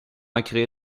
ancré